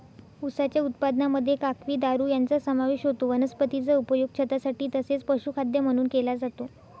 उसाच्या उत्पादनामध्ये काकवी, दारू यांचा समावेश होतो वनस्पतीचा उपयोग छतासाठी तसेच पशुखाद्य म्हणून केला जातो